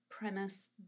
premise